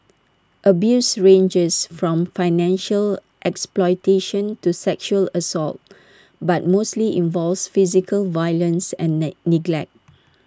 abuse ranges from financial exploitation to sexual assault but mostly involves physical violence and net neglect